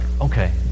okay